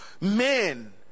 Men